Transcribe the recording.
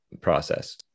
process